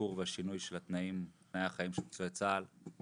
השיפור והשינוי של תנאי החיים של פצועי צה"ל.